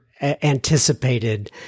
anticipated